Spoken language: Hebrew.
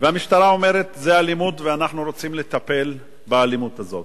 והמשטרה אומרת: זה אלימות ואנחנו רוצים לטפל באלימות הזאת.